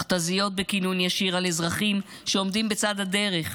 מכת"זיות בכינון ישיר על אזרחים שעומדים בצד הדרך,